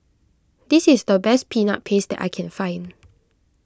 this is the best Peanut Paste that I can find